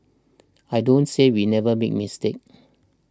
I don't say we never make mistakes